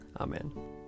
Amen